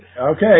Okay